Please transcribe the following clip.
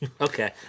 Okay